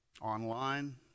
online